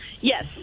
Yes